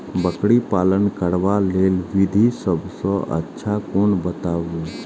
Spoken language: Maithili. बकरी पालन करबाक लेल विधि सबसँ अच्छा कोन बताउ?